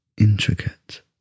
intricate